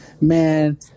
man